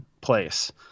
Place